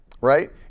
right